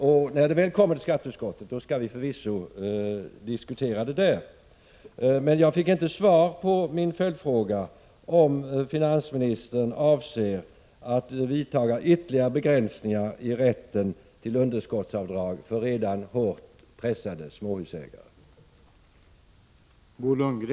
När förslaget väl kommer till skatteut skottet skall vi förvisso diskutera det där. Jag fick emellertid inte svar på min följdfråga om huruvida finansministern avser att vidta ytterligare begränsningar i rätten till underskottsavdrag för redan hårt pressade småhusägare.